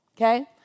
Okay